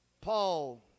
Paul